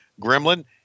gremlin